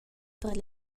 per